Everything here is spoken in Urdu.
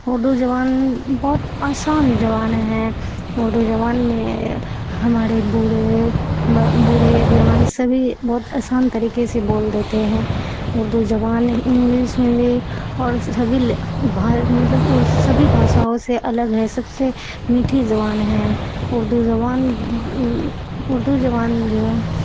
اردو زبان بہت آسان زبان ہے اردو زبان میں ہمارے بوڑھے بوڑھے جوان سبھی بہت آسان طریقے سے بول دیتے ہیں اردو زبان انگلش ہندی اور سبھی مطلب اور سبھی بھاشاؤں سے الگ ہے سب سے میٹھی زبان ہے اردو زبان اردو زبان جو ہے